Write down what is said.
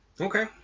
okay